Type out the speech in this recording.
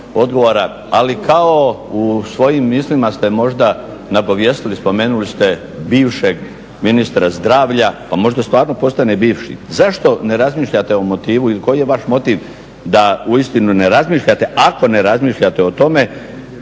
ali kao u svojim mislima ste možda nagovijestili, spomenuli ste bivšeg ministra zdravlja pa možda stvarno postane bivši. Zašto ne razmišljate o motivu i koji je vaš motiv da uistinu ne razmišljate ako ne razmišljate o tome